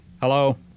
Hello